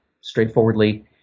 straightforwardly